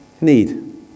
need